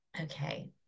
Okay